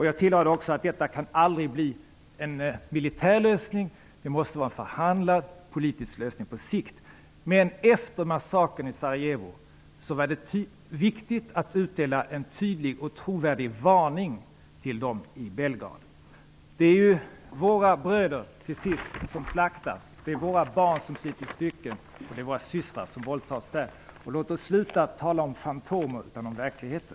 Jag tillade också att detta aldrig kan bli en militär lösning. Det måste till en förhandlad, politisk lösning på sikt. Men efter massakern i Sarajevo var det viktigt att utdela en tydlig och trovärdig varning till de styrande i Belgrad. Det är, till sist, våra bröder som slaktas, det är våra barn som slits i stycken och det är våra systrar som våldtas där. Låt oss sluta att tala om fantomer, utan i stället om verkligheten.